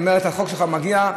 אמרה: החוק שלך מגיע,